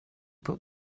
put